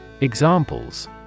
Examples